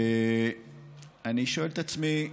ואני שואל את עצמי: